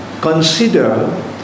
consider